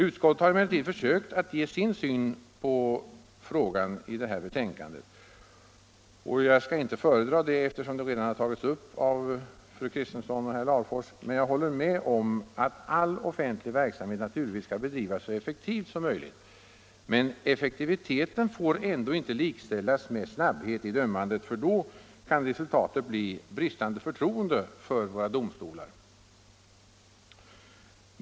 Utskottet har försökt ge sin syn på frågan i betänkandet. Jag skall inte föredra det, eftersom det redan tagits upp av fru Kristensson och herr Larfors; jag håller emellertid med om att all offentlig verksamhet naturligtvis skall bedrivas så effektivt som möjligt, men att effektiviteten ändå inte får likställas med snabbhet i dömandet, för då kan resultatet bli bristande förtroende för våra domstolar.